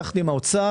יחד עם האוצר,